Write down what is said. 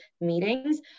meetings